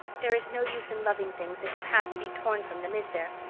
there is no use in loving things if you have to be torn from them, is there?